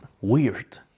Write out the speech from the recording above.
weird